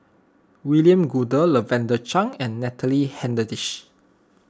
William Goode Lavender Chang and Natalie Hennedige